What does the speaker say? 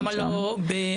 למה לא באכסנייה?